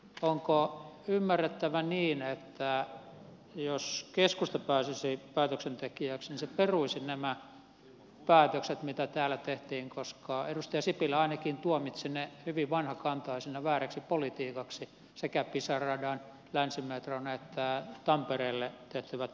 onko ymmärrettävä niin että jos keskusta pääsisi päätöksentekijäksi se peruisi nämä päätökset mitä täällä tehtiin koska edustaja sipilä ainakin tuomitsi ne hyvin vanhakantaisina vääräksi politiikaksi sekä pisara radan länsimetron että tampereelle tehtävät investoinnit